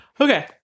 Okay